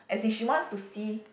as in she wants to see